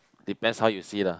depends how you see lah